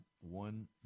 one